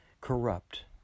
corrupt